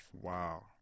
wow